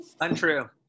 Untrue